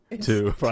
Two